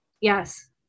Yes